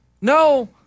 no